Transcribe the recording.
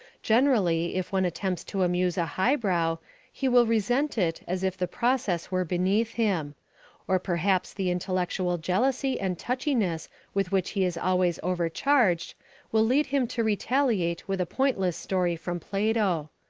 generally, if one attempts to amuse a highbrow he will resent it as if the process were beneath him or perhaps the intellectual jealousy and touchiness with which he is always overcharged will lead him to retaliate with a pointless story from plato.